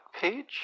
page